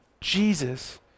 Jesus